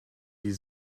die